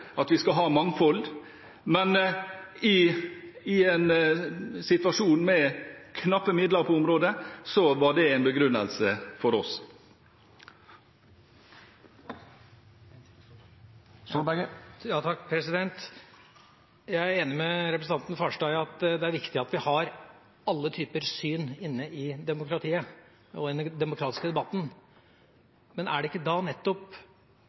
at vi skal ha mangfold, men i en situasjon med knappe midler på området var det en begrunnelse for oss. Jeg er enig med representanten Farstad i at det er viktig at vi har alle typer syn inne i demokratiet og i den demokratiske debatten. Er det ikke da nettopp